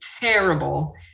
terrible